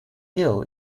eel